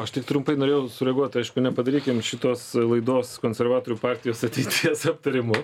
aš tik trumpai norėjau sureaguot aišku nepadarykim šitos laidos konservatorių partijos ateities aptarimu